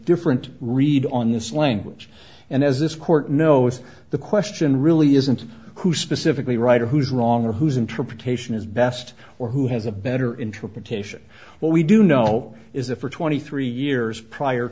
different read on this language and as this court knows the question really isn't who specifically right who's wrong or who's interpretation is best or who has a better interpretation but we do know is that for twenty three years prior